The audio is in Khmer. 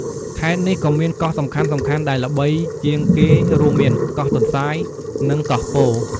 ខេត្តនេះក៏មានកោះសំខាន់ៗដែលល្បីជាងគេរួមមាន កោះទន្សាយ នឹង កោះពោធិ៍។